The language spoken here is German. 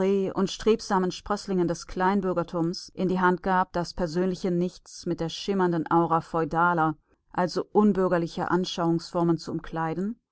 und strebsamen sprößlingen des kleinbürgertums in die hand gab das persönliche nichts mit der schimmernden aura feudaler also unbürgerlicher anschauungsformen zu umkleiden